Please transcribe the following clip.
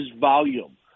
volume